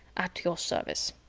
at your service.